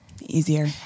Easier